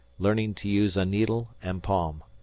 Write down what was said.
learning to use a needle and palm.